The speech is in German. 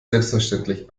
selbstverständlich